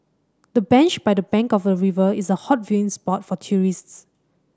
the bench by the bank of the river is a hot viewing spot for tourists